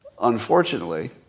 Unfortunately